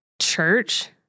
church